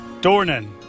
Dornan